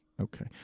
Okay